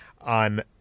on